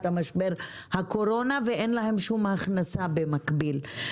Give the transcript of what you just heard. משבר הקורונה ואין להם שום הכנסה במקביל.